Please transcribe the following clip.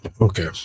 okay